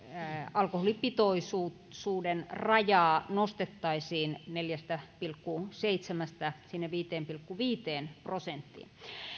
alkoholipitoisuuden rajaa nostettaisiin neljästä pilkku seitsemästä viiteen pilkku viiteen prosenttiin